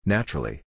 Naturally